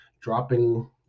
dropping